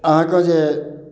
अहाँके जे